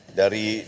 dari